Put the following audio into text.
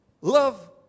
Love